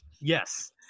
Yes